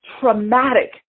traumatic